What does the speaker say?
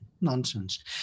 nonsense